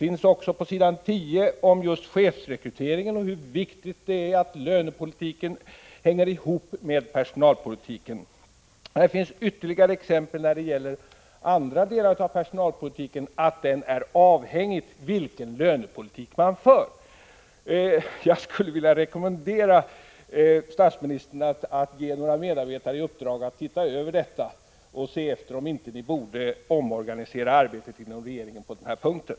På s. 10 sägs om chefsrekryteringen hur viktigt det är att lönepolitiken hänger ihop med personalpolitiken. Här står också om andra delar av personalpolitiken att den är avhängig av vilken lönepolitik man för. Jag skulle vilja rekommendera statsministern att ge några medarbetare i uppdrag att se över detta och undersöka om ni inte borde omorganisera arbetet inom regeringen på den här punkten.